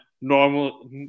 normal